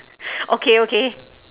okay okay